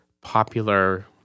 popular